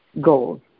goals